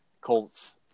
colts